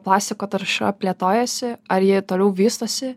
plastiko tarša plėtojasi ar ji toliau vystosi